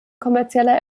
kommerzieller